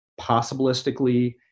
possibilistically